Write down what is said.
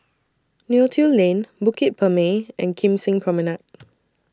Neo Tiew Lane Bukit Purmei and Kim Seng Promenade